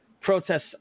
protests